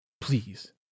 Please